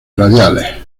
radiales